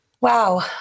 Wow